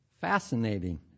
fascinating